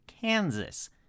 Kansas